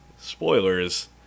spoilers